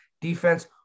Defense